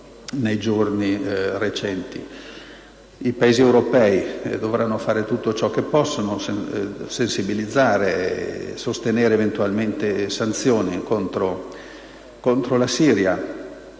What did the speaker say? I Paesi europei dovranno fare tutto ciò che possono: sensibilizzare e eventualmente sostenere sanzioni contro la Siria.